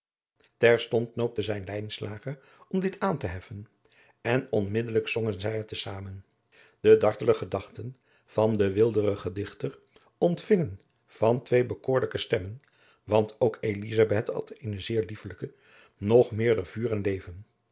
terstond noopte zij lijnslager om dit aan te heffen en onmiddelijk zongen zij het te zamen de dartele gedachten van den weelderigen dichter ontvingen van twee bekoorlijke stemmen want ook elizabeth had eene zeer liefelijke nog meerder vuur en leven